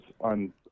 on